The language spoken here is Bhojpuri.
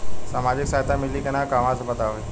सामाजिक सहायता मिली कि ना कहवा से पता होयी?